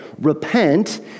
Repent